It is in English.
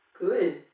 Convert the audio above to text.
Good